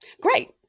Great